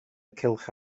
cylch